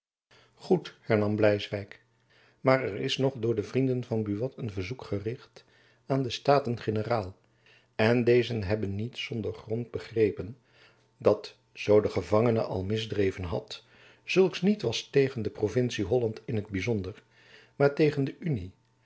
goed hernam bleiswijck maar er is nog door de vrienden van buat een verzoek gericht aan de jacob van lennep elizabeth musch staten-generaal en deze hebben niet zonder grond begrepen dat zoo de gevangene al misdreven had zulks niet was tegen de provincie holland in t byzonder maar tegen de unie